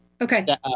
Okay